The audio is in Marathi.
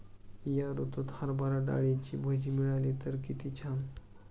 या ऋतूत हरभरा डाळीची भजी मिळाली तर कित्ती छान